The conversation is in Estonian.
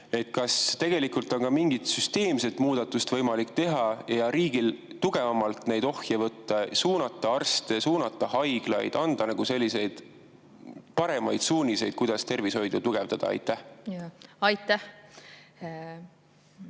Kas tegelikult on ka mingit süsteemset muudatust võimalik teha ja riigil tugevamalt neid ohje võtta, suunata arste, suunata haiglaid, anda paremaid suuniseid, kuidas tervishoidu tugevdada? Aitäh!